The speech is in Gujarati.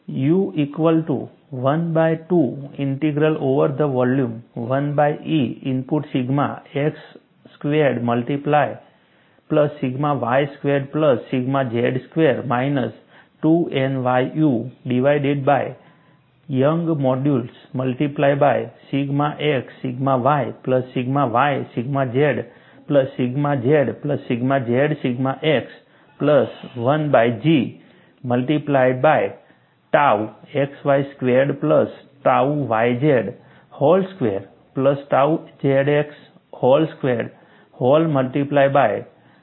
U equal to 1 by 2 integral over the volume 1 by E into sigma x squared plus sigma y squared plus sigma z squared minus two nyu divided by Young modulus Youngs modulus multiplied by sigma x sigma y plus sigma y sigma z plus sigma z plus sigma z sigma x plus 1 by G multiplied by tau xy squared plus tau yz whole squared plus tau zx hall squared whole multiplied by dV છે